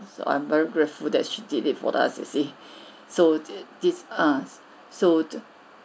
so I'm very grateful that she did it for us you see so th~ this ah so